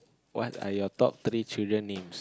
what are your top three children means